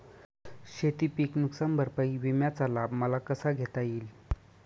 शेतीपीक नुकसान भरपाई विम्याचा लाभ मला कसा घेता येईल?